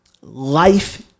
life